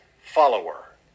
follower